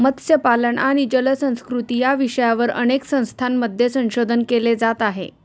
मत्स्यपालन आणि जलसंस्कृती या विषयावर अनेक संस्थांमध्ये संशोधन केले जात आहे